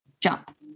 jump